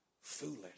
foolish